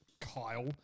Kyle